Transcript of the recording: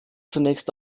zunächst